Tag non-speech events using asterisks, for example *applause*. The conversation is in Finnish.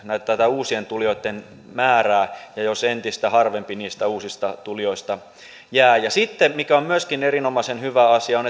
tätä uusien tulijoitten määrää ja jos entistä harvempi niistä uusista tulijoista jää sitten se mikä on myöskin erinomaisen hyvä asia on *unintelligible*